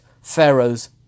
Pharaoh's